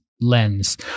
Lens